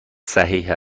صحیح